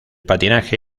patinaje